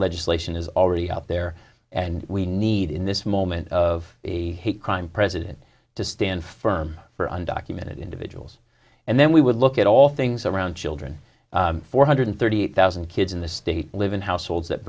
legislation is already out there and we need in this moment of a hate crime president to stand firm for undocumented individuals and then we would look at all things around children four hundred thirty thousand kids in the state live in households that